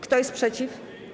Kto jest przeciw?